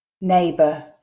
neighbor